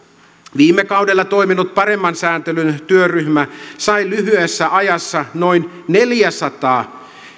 viime kaudella toiminut paremman sääntelyn työryhmä sai lyhyessä ajassa noin neljäsataa